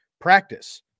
practice